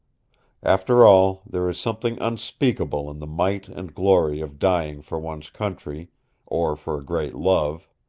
after all, there is something unspeakable in the might and glory of dying for one's country or for a great love.